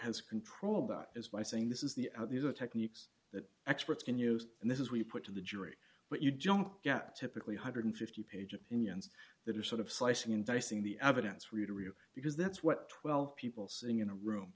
has controlled that is by saying this is the these are techniques that experts can use and this is we put to the jury but you don't get typically one hundred and fifty page opinions that are sort of slicing and dicing the evidence for you to read because that's what twelve people sitting in a room